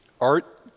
Art